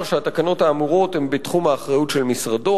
שהתקנות האמורות הן בתחום האחריות של משרדו.